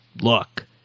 look